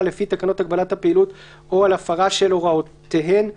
לפי תקנות הגבלת הפעילות או על הפרה של הוראותיהן ,